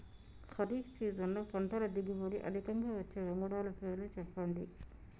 ఖరీఫ్ సీజన్లో పంటల దిగుబడి అధికంగా వచ్చే వంగడాల పేర్లు చెప్పండి?